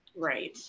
Right